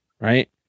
Right